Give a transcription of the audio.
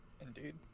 Indeed